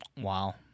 Wow